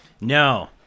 no